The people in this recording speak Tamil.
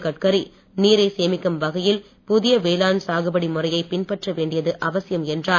கட்கரி நீரை சேமிக்கும் வகையில் புதிய வேளாண் சாகுபடி முறையை பின்பற்ற வேண்டியது அவசியம் என்றார்